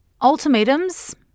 ultimatums